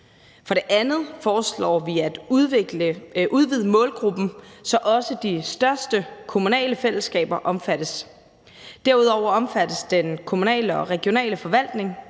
For det andet foreslår vi at udvide målgruppen, så også de største kommunale fællesskaber omfattes. Derudover omfattes den kommunale og regionale forvaltning,